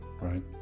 right